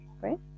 right